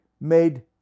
made